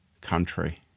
country